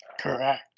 Correct